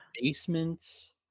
basements